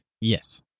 Yes